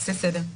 נעשה סדר.